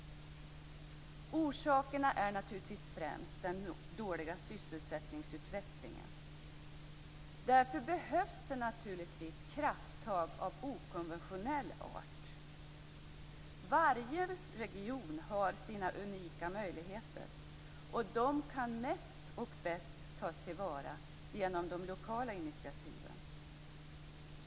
Orsakerna är naturligtvis främst den dåliga sysselsättningsutvecklingen. Därför behövs det krafttag av okonventionell art. Varje region har sina unika möjligheter, och de kan bäst tas till vara genom lokala initiativ.